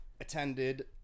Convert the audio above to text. attended